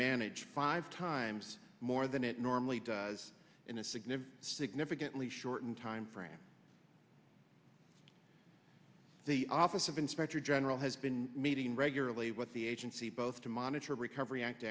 manage five times more than it normally does in a significant significantly shorten timeframe the office of inspector general has been meeting regularly what the agency both to monitor recovery act